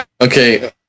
Okay